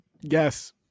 Yes